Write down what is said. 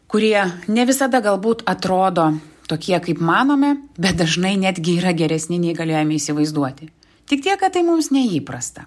kurie ne visada galbūt atrodo tokie kaip manome bet dažnai netgi yra geresni nei galėjome įsivaizduoti tik tiek kad tai mums neįprasta